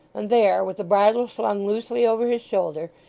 and there, with the bridle slung loosely over his shoulder,